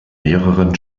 mehreren